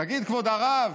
תגיד, כבוד הרב,